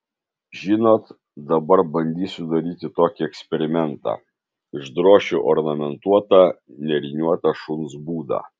žinot dabar bandysiu daryti tokį eksperimentą išdrošiu ornamentuotą nėriniuotą šuns būdą